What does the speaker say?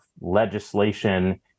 legislation